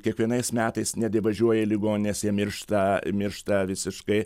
kiekvienais metais nedavažiuoja į ligonines jie miršta miršta visiškai